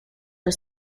are